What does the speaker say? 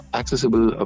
accessible